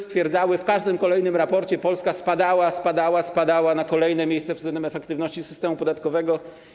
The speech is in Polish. Stwierdzano w każdym kolejnym raporcie, że Polska spadała, spadała i spadała na kolejne miejsca pod względem efektywności systemu podatkowego.